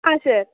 ಹಾಂ ಸರ್